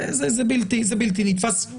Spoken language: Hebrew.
זה בלתי נתפס.